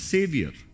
Savior